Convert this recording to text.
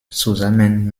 zusammen